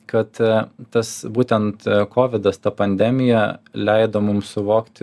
kad tas būtent kovidas ta pandemija leido mum suvokti